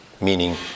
meaning